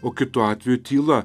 o kitu atveju tyla